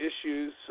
issues